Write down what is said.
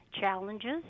challenges